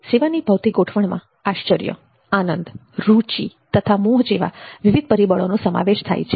સેવાની ભૌતિક ગોઠવણમાં આશ્ચર્ય આનંદ રુચિ તથા મોહ જેવા વિવિધ પરિબળોનો સમાવેશ થાય છે